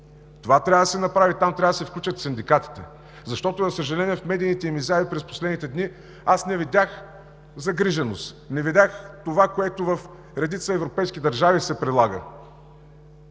Това трябва да се направи. Там трябва да се включат синдикатите, защото, за съжаление, в медийните им изяви през последните дни аз не видях загриженост, не видях това, което в редица европейски държави се прилага,